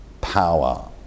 power